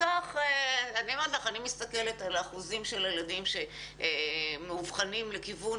אני מסתכלת על האחוזים של הילדים שמאובחנים לכיוון